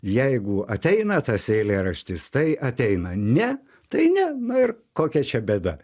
jeigu ateina tas eilėraštis tai ateina ne tai ne na ir kokia čia bėda